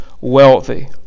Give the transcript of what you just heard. wealthy